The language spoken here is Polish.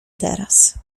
teraz